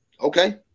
okay